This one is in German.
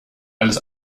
alles